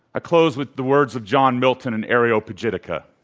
i close with the words of john milton and ariel pogetika.